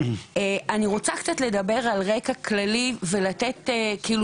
אני רוצה קצת לדבר על רקע כללי ולתת כאילו